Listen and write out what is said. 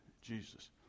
Jesus